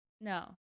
No